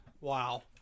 Wow